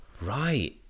Right